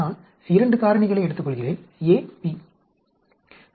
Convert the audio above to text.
நான் 2 காரணிகளை எடுத்துக்கொள்கிறேன் a b